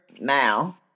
now